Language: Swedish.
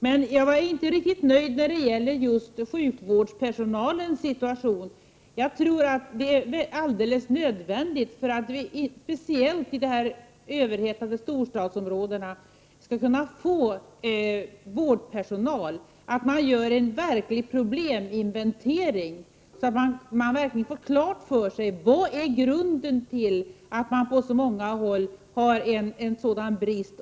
Jag är dock inte riktigt nöjd när det gäller just sjukvårdspersonalens situation. Speciellt i de överhettade storstadsområdena är det nog alldeles nödvändigt att man gör en grundlig probleminventering för att vi skall kunna få personal till vården. Man måste få klart för sig vilken orsaken är till att det på så många håll råder en sådan brist.